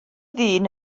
ddyn